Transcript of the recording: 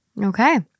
Okay